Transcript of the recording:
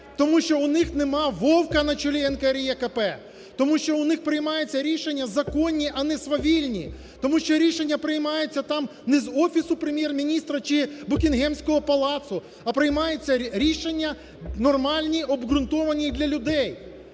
тому що у них немає Вовка на чолі НКРЕКП, тому що у них приймаються рішення законні, а не свавільні, тому що рішення приймаються там не з офісу Прем'єр-міністра чи Букінгемського палацу, а приймаються рішення нормальні, обґрунтовані і для людей.